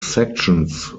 sections